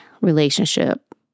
relationship